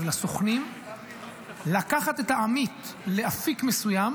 לסוכנים לקחת את העמית לאפיק מסוים